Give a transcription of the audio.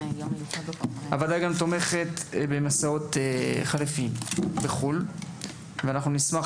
הוועדה תומכת במסעות חליפיים בחוץ לארץ ואנחנו נשמח,